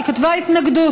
היא כתבה התנגדות.